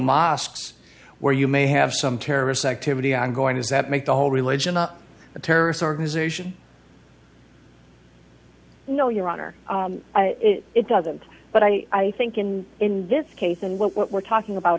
mosques where you may have some terrorist activity ongoing is that make the whole religion a terrorist organization no your honor it doesn't but i i think in in this case and what we're talking about